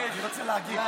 אני מבקש להגיב.